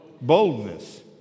Boldness